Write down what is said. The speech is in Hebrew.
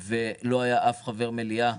לא היה אף חבר מליאה